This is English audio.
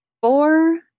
four